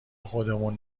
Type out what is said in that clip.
خودمون